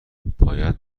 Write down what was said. باید